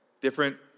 Different